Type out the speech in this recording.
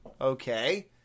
okay